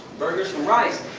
burgers from rice.